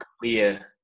clear